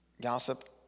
Gossip